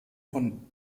von